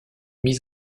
mise